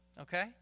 Okay